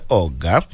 oga